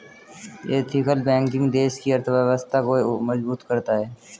ethical banking देश की अर्थव्यवस्था को मजबूत करता है